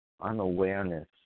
unawareness